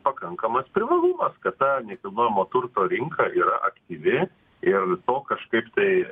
pakankamas privalumas kad ta nekilnojamo turto rinka yra aktyvi ir to kažkaip tai